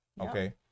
Okay